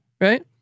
Right